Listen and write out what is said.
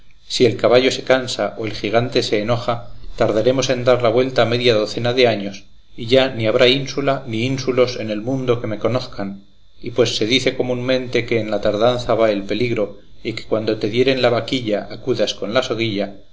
si el caballo se cansa o el gigante se enoja tardaremos en dar la vuelta media docena de años y ya ni habrá ínsula ni ínsulos en el mundo que me conozan y pues se dice comúnmente que en la tardanza va el peligro y que cuando te dieren la vaquilla acudas con la